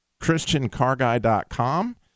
christiancarguy.com